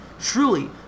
Truly